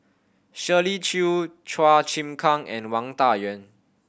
Shirley Chew Chua Chim Kang and Wang Dayuan